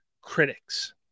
critics